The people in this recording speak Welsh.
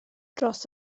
dros